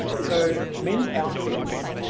so men's outfits,